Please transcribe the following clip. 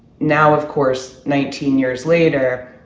now, of course nineteen years later,